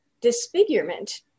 disfigurement